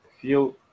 feel